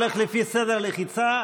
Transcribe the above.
זה הולך לפי סדר הלחיצה,